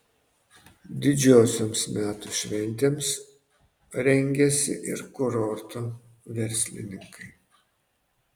didžiosioms metų šventėms rengiasi ir kurorto verslininkai